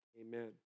amen